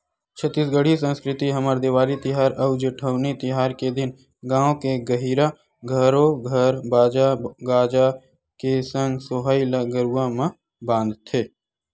छत्तीसगढ़ी संस्कृति हमर देवारी तिहार अउ जेठवनी तिहार के दिन गाँव के गहिरा घरो घर बाजा गाजा के संग सोहई ल गरुवा म बांधथे